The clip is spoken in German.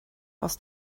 aus